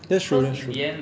that's true that's true